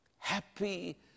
Happy